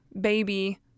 baby